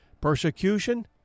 Persecution